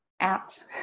out